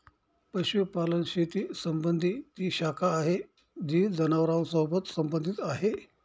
पशुपालन शेती संबंधी ती शाखा आहे जी जनावरांसोबत संबंधित आहे